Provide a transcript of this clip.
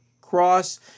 Cross